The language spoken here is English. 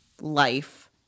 life